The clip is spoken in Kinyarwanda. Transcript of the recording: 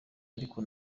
ariko